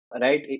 right